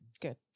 Good